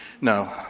No